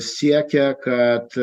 siekia kad